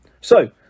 So